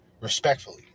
Respectfully